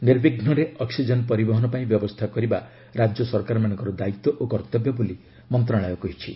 ନିର୍ବିଘୁରେ oxygen ପରିବହନ ପାଇଁ ବ୍ୟବସ୍ଥା କରିବା ରାଜ୍ୟ ସରକାରମାନଙ୍କ ଦାୟିତ୍ୱ ଓ କର୍ତ୍ତବ୍ୟ ବୋଲି ମନ୍ତ୍ରଣାଳୟ କହିଛି